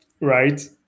Right